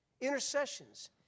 intercessions